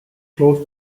close